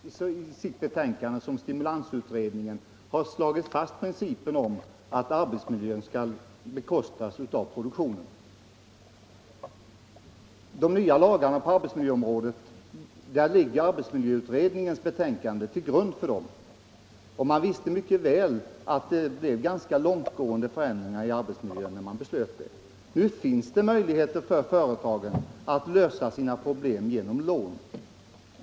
Herr talman! Såväl arbetsmiljöutredningen som stimulansutredningen har slagit fast principen att arbetsmiljöåtgärder skall bekostas av produktionen. Till grund för de nya lagarna på arbetsmiljöområdet ligger arbetsmiljöutredningens betänkande. När utredningen lade fram det visste man mycket väl att det skulle bli långtgående förändringar i arbetsmiljön. Nu finns det möjlighet för företagen att lösa sina problem genom lån.